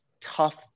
tough